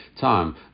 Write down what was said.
time